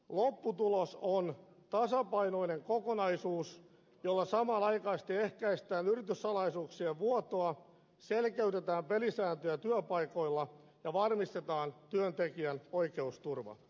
lopputulos on tasapainoinen kokonaisuus jolla samanaikaisesti ehkäistään yrityssalaisuuksien vuotoa selkeytetään pelisääntöjä työpaikoilla ja varmistetaan työntekijän oikeusturva